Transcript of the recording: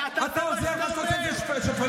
אתה עוזר לאויב עכשיו, אתה מבין?